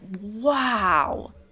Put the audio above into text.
wow